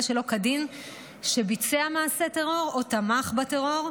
שלא כדין שביצע מעשה טרור או תמך בטרור)